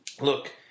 Look